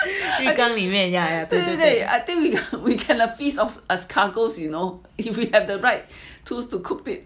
I think we we can a feast of escargot you know if you have the right tools to cook it